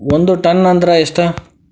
ಒಂದ್ ಟನ್ ಅಂದ್ರ ಎಷ್ಟ?